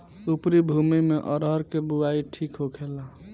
उपरी भूमी में अरहर के बुआई ठीक होखेला?